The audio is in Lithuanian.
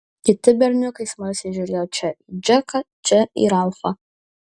kiti berniukai smalsiai žiūrėjo čia į džeką čia į ralfą